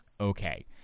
okay